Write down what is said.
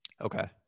Okay